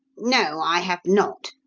no, i have not.